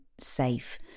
safe